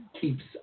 keeps